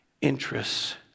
Interests